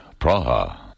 Praha